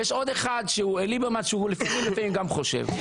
ויש את ליברמן שהוא לפעמים גם חושב.